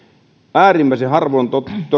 äärimmäisen harvoin